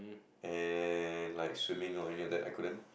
and like swimming and all that I couldn't